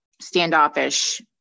standoffish